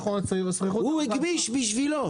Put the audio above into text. הוא הגמיש בשביל אנשים כמוהו.